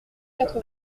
quatre